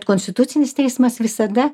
konstitucinis teismas visada